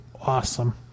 awesome